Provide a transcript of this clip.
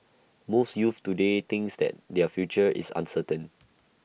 most youths today thinks that their future is uncertain